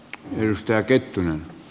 herra puhemies